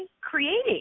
creating